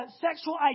sexual